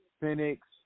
Phoenix